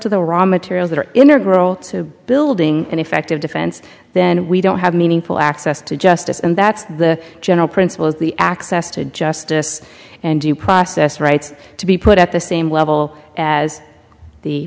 to the raw materials that are integral to building an effective defense then we don't have meaningful access to justice and that's the general principle is the access to justice and due process rights to be put at the same level as the